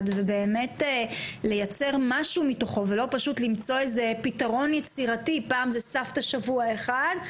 מבלי למצוא כל פעם פתרון יצירתי כמו: סבתא אחת בשבוע אחד,